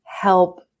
help